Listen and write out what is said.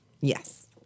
Yes